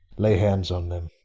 lay hands on them.